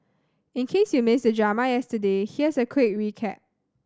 in case you missed the drama yesterday here's a quick recap